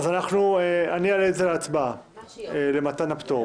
אז אני מעלה להצבעה את מתן הפטור,